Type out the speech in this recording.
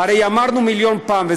הרי אמרנו מיליון פעם,